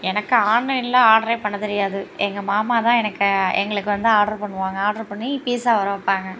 எனக்கு ஆன்லைனில் ஆர்டரே பண்ணத்தெரியாது எங்கள் மாமா தான் எனக்கு எங்களுக்கு வந்து ஆர்ட்ரு பண்ணுவாங்க ஆர்ட்ரு பண்ணி பீஸா வரவைப்பாங்க